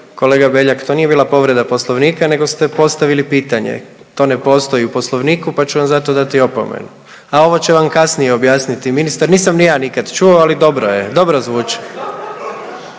kolega Beljak, to nije bila povreda Poslovnika nego ste postavili pitanje, to ne postoji u Poslovniku, pa ću vam zato dati opomenu, a ovo će vam kasnije objasniti ministar, nisam ni ja nikad čuo, ali dobro je, dobro zvuči.